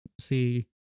see